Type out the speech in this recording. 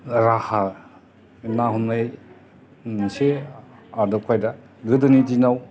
राहा ना हमनाय मोनसे आदब खायदा गोदोनि दिनाव